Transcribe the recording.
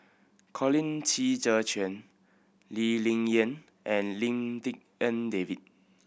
Colin Qi Zhe Quan Lee Ling Yen and Lim Tik En David